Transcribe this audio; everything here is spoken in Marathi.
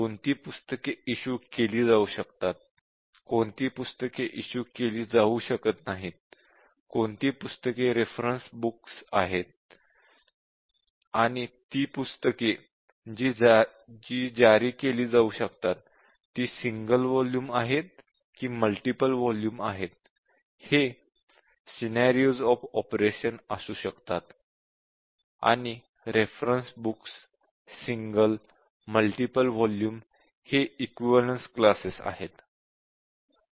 कोणती पुस्तके इशू केली जाऊ शकतात कोणती पुस्तके इशू केली जाऊ शकत नाहीत कोणती पुस्तके रेफरेंन्स बुक्स आहेत आणि ती पुस्तके जी जारी केली जाऊ शकतात ती सिंगल व्हॉल्यूम आहेत कि मल्टिपल व्हॉल्यूम हे सिनॅरिओज ऑफ ऑपरेशन असू शकतात आणि reference book single multiple volume हे इक्विवलेन्स क्लासेस आहेत